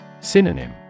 Synonym